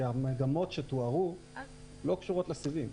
כי המגמות שתוארו לא קשורות לסיבים.